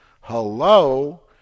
Hello